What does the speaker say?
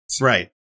right